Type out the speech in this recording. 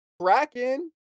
Kraken